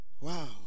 Wow